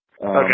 Okay